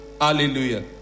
Hallelujah